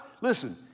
Listen